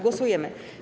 Głosujemy.